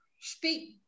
speak